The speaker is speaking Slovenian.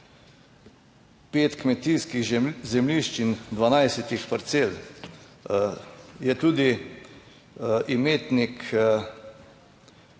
pet kmetijskih zemljišč in 12 parcel, je tudi imetnik